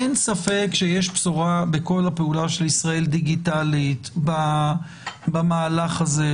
אין ספק שיש פה בשורה בכל הפעולה של “ישראל דיגיטלית” במהלך הזה,